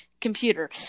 computer